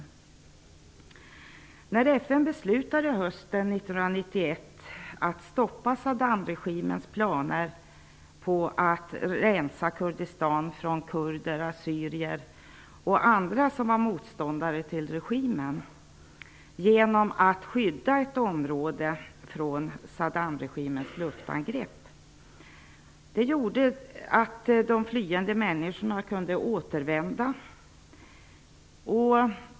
Genom att skydda ett område från 1991 att stoppa Saddamregimens planer på att rensa Kurdistan från kurder, assyrier och andra som var motståndare till regimen. Det gjorde att de flyende människorna kunde återvända.